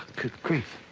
good grief.